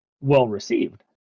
well-received